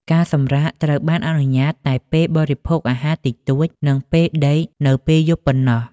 ការសម្រាកត្រូវបានអនុញ្ញាតតែពេលបរិភោគអាហារតិចតួច និងពេលដេកនៅពេលយប់ប៉ុណ្ណោះ។